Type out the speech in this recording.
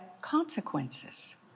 consequences